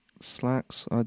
slacks